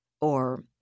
Or